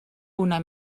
una